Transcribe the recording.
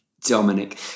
Dominic